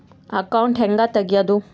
Account ಹ್ಯಾಂಗ ತೆಗ್ಯಾದು?